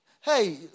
Hey